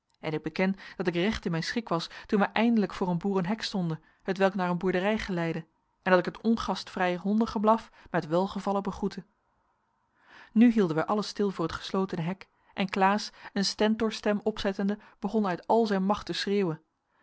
en ik beken dat ik recht in mijn schik was toen wij eindelijk voor een boerenhek stonden hetwelk naar een boerderij geleidde en dat ik het ongastvrij hondengeblaf met welgevallen begroette nu hielden wij allen stil voor het geslotene hek en klaas een stentorstem opzettende begon uit al zijn macht te schreeuwen